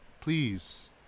please